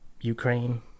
ukraine